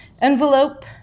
envelope